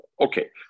Okay